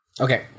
Okay